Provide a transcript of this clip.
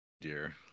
Dear